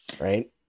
Right